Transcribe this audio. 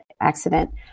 accident